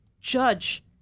judge